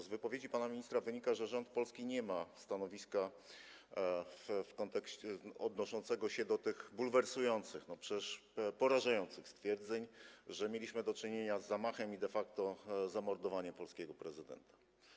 Z wypowiedzi pana ministra wynika, że rząd polski nie ma stanowiska odnoszącego się do tych bulwersujących, no przecież porażających, stwierdzeń, że mieliśmy do czynienia z zamachem i de facto zamordowaniem polskiego prezydenta.